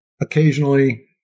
Occasionally